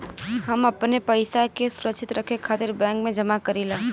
हम अपने पइसा के सुरक्षित रखे खातिर बैंक में जमा करीला